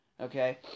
Okay